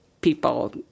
people